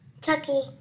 Tucky